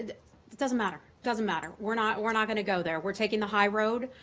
ah doesn't matter, doesn't matter. we're not we're not going to go there we're taking the high road.